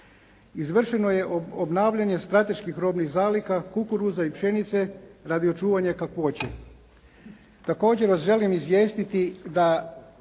Izvršeno je obnavljanje strateških robnih zaliha, kukuruza i pšenice, radi očuvanja kakvoće.